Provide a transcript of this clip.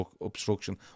obstruction